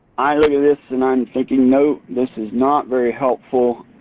i look at this and i'm thinking nope. this is not very helpful.